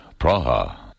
Praha